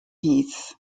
heath